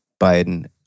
Biden